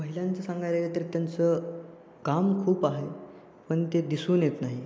महिलांचं सांगायला गेलं तर त्यांचं काम खूप आहे पण ते दिसून येत नाही